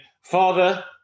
Father